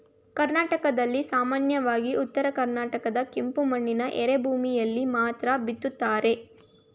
ಕರ್ನಾಟಕದಲ್ಲಿ ಸಾಮಾನ್ಯವಾಗಿ ಉತ್ತರ ಕರ್ಣಾಟಕದ ಕಪ್ಪು ಮಣ್ಣಿನ ಎರೆಭೂಮಿಯಲ್ಲಿ ಮಾತ್ರ ಬಿತ್ತುತ್ತಾರೆ